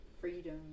Freedom